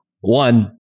one